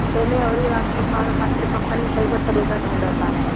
एमे अउरी राजस्व पावे खातिर कंपनी कईगो तरीका ढूंढ़ता